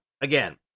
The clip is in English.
again